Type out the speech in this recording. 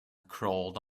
crawled